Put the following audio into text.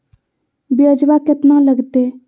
ब्यजवा केतना लगते?